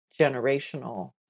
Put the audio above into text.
generational